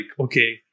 okay